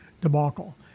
debacle